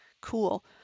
Cool